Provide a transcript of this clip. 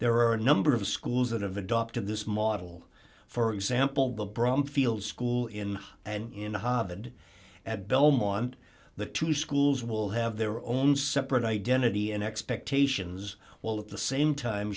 there are a number of schools that have adopted this model for example the brumfield school in and in the hobbit and at belmont the two schools will have their own separate identity and expectations while at the same time